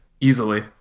Easily